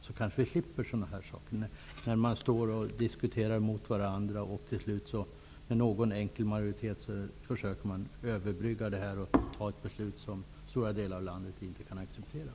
Vi kanske slipper situationer där man diskuterar mot varandra och där man till slut, kanske med enkel majoritet i ett försök att överbrygga klyftan, fattar ett beslut som i stora delar i landet inte kan accepteras.